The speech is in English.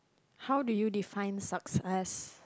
how do you define success